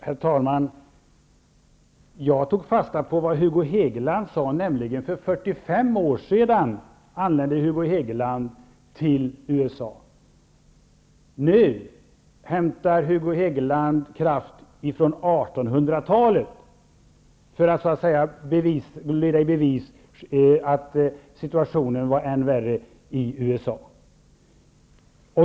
Herr talman! Jag tog fasta på vad Hugo Hegeland sade, nämligen vad han såg då han anlände till USA för 45 år sedan. Nu hämtar Hugo Hegeland kraft från 1800-talet för att leda i bevis att situationen var än värre i USA.